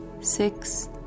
six